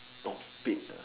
topic uh